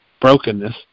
brokenness